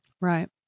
Right